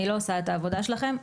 אני לא עושה את העבודה שלכם,